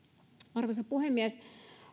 arvoisa puhemies